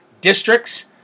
districts